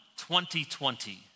2020